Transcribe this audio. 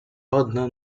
одна